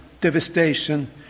devastation